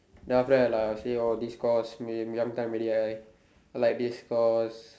then after that like I will say orh this course young time already I like this course